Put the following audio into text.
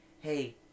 hey